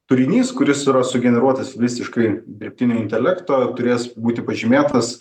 turinys kuris yra sugeneruotas visiškai dirbtinio intelekto turės būti pažymėtas